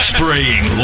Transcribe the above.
Spraying